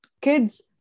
kids